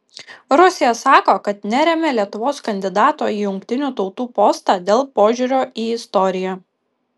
rusija sako kad neremia lietuvos kandidato į jungtinių tautų postą dėl požiūrio į istoriją